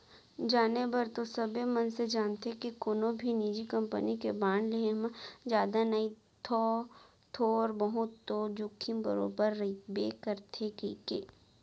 जाने बर तो सबे मनसे जानथें के कोनो भी निजी कंपनी के बांड लेहे म जादा नई तौ थोर बहुत तो जोखिम बरोबर रइबे करथे कइके